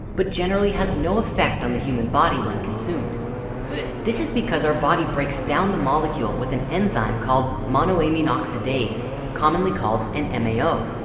but generally has no effect on the human body when consumed this is because our body breaks down the molecule with an enzyme called monoamine oxidase commonly called an mao